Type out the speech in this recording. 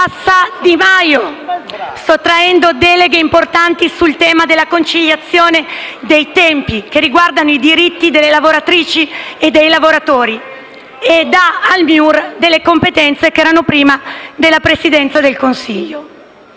declassa Di Maio, sottraendo deleghe importanti sul tema della conciliazione dei tempi, che riguardano i diritti delle lavoratrici e dei lavoratori, e dà al MIUR competenze che erano prima in capo alla Presidenza del Consiglio.